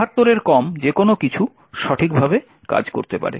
72 এর কম যেকোনও কিছু সঠিকভাবে কাজ করতে পারে